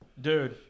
Dude